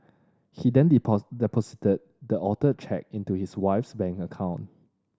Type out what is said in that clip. he then deposited the altered cheque into his wife's bank account